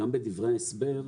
גם בדברי ההסבר,